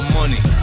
money